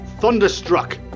Thunderstruck